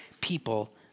people